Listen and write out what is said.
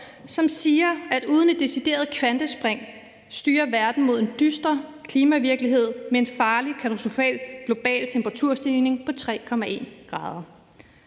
som siger, at uden et decideret kvantespring styrer verden mod en dyster klimavirkelighed med en farlig, katastrofal global temperaturstigning på 3,1 grader.